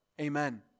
Amen